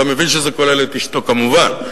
אתה מבין שזה כולל את אשתו, כמובן.